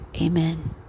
Amen